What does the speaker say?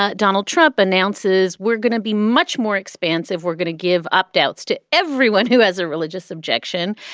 ah donald trump announces we're going to be much more expansive. we're going to give updates to everyone who has a religious objection.